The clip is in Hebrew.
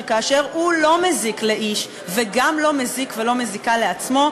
כאשר הוא לא מזיק לאיש וגם לא מזיק ולא מזיקה לעצמו,